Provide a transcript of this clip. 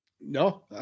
No